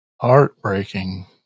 Heartbreaking